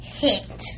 hit